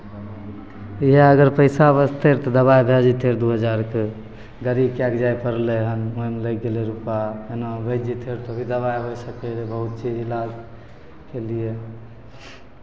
इएह अगर पैसा बचतै तऽ दबाइ भऽ जेतै दू हजारके गाड़ी कए कऽ जाय पड़लै हन ओहिमे लागि गेलै रुपैआ एना बचि जयतै तऽ दबाइ ओहिसँ होतै बहुत चीज इलाज केलियै